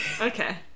okay